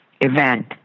event